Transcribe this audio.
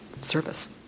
service